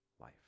life